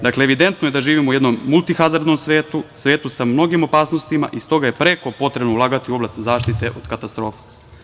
Dakle, evidentno je da živimo u jednom multi hazardnom svetu, svetu sa mnogim opasnostima i stoga je preko potrebno ulagati u oblast zaštite od katastrofa.